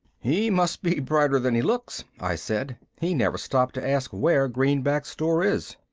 he must be brighter than he looks, i said. he never stopped to ask where greenback's store is.